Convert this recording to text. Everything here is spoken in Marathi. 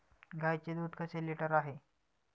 गाईचे दूध कसे लिटर आहे?